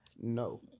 No